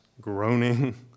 groaning